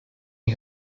you